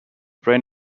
brain